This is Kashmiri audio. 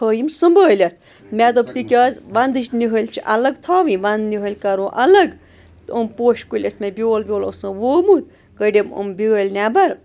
تھٲیِم سُنٛمبھٲلِتھ مےٚ دوٚپ تِکیٛازِ ونٛدٕچ نِہٲلۍ چھِ الگ تھاوٕنۍ ونٛدٕ نِہٲلۍ کَرو الگ تہٕ یِم پوشہِ کُلۍ ٲسۍ مےٚ بیول ویول اوسُم وومُت کٔڑِم یِم بیٛٲلۍ نٮ۪بَر